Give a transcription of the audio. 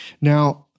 Now